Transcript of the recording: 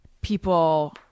people